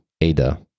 ADA